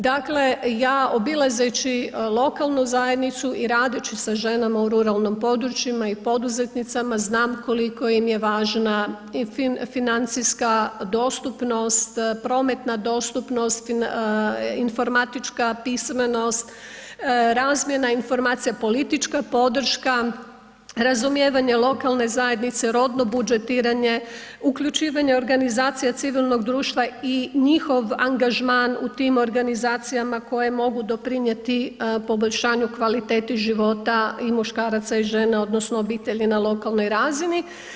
Dakle ja obilazeći lokalnu zajednicu i radeći sa ženama u ruralnim područjima i poduzetnicama znam koliko im je važna i financijska dostupnost, prometna dostupnost, informatička pismenost, razmjena informacija, politička podrška, razumijevanje lokalne zajednice, rodno budžetiranje, uključivanje organizacija civilnog društva i njihov angažman u tim organizacijama koje mogu doprinijeti poboljšanju kvalitete života i muškaraca i žena odnosno obitelji na lokalnoj razini.